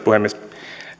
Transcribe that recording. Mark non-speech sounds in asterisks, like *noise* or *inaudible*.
*unintelligible* puhemies